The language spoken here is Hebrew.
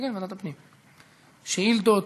שאילתות.